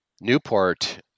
Newport